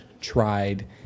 tried